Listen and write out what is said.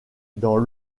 dans